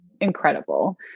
incredible